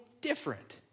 different